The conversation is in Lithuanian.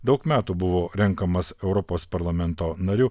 daug metų buvo renkamas europos parlamento nariu